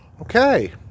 Okay